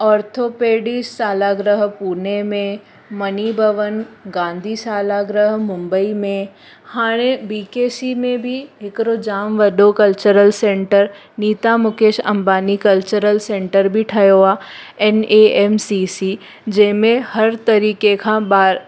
orthopaedics शाला गृह पूने में मनी भवन गांधी शाला गृह मुंबई में हाणे बी के सी में बि हिकिड़ो जामु वॾो cultural centre Nita Mukesh Ambani cultural centre बि ठहियो आहे N A M C C जंहिं में हर तरीक़े खां ॿार